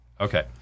Okay